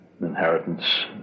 inheritance